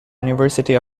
university